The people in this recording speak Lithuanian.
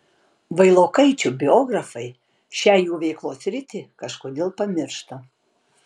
vailokaičių biografai šią jų veiklos sritį kažkodėl pamiršta